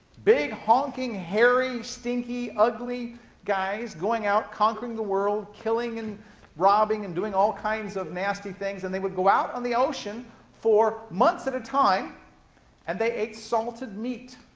big, honking, hairy, stinky, ugly guys going out conquering the world, killing and robbing and doing all kinds of nasty things, and they would go out on the ocean for months at a time and they ate salted meat,